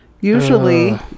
Usually